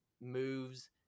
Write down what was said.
moves